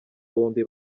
bombi